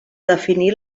definir